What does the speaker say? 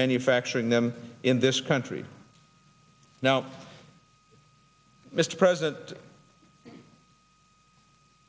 manufacturing them in this country now mr president